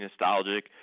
nostalgic